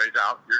out